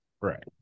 right